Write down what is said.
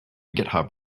github